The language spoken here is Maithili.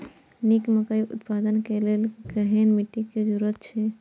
निक मकई उत्पादन के लेल केहेन मिट्टी के जरूरी छे?